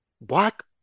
Black